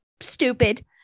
stupid